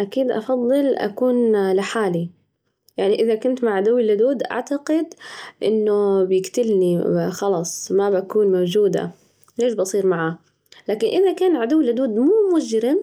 أكيد أفضل أكون لحالي، يعني إذا كنت مع عدوي اللدود، أعتقد إنه بيجتلني خلاص ما بكون موجودة، ليش بصير معه؟ لكن إذا كان عدوي اللدود مو مجرم